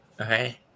Okay